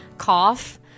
cough